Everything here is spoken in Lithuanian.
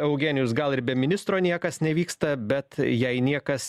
eugenijus gal ir be ministro niekas nevyksta bet jei niekas